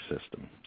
System